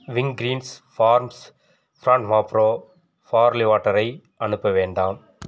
Wingreens farms brand Mapro barley வாட்டரை அனுப்ப வேண்டாம்